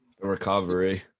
recovery